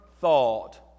thought